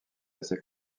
assez